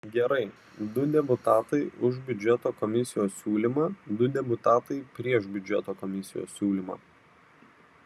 gerai du deputatai už biudžeto komisijos siūlymą du deputatai prieš biudžeto komisijos siūlymą